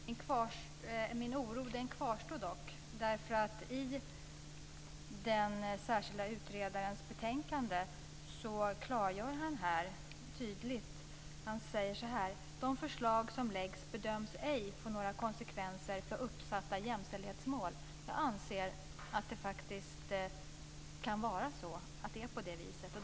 Fru talman! Min oro kvarstår dock. I den särskilda utredarens betänkande klargörs tydligt att de förslag som läggs fram bedöms ej få några konsekvenser för uppsatta jämställdhetsmål. Jag anser att det faktiskt kan vara på det viset.